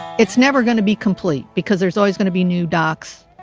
it's never going to be complete because there's always going to be new docks,